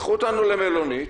לקחו אותנו למלונית,